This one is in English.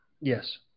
Yes